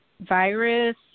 virus